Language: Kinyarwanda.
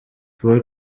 paul